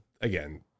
Again